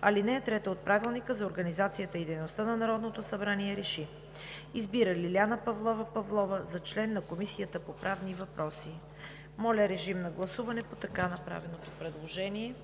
ал. 3 от Правилника за организацията и дейността на Народното събрание РЕШИ: Избира Лиляна Павлова Павлова за член на Комисията по правни въпроси“ Моля, режим на гласуване по така направеното предложение.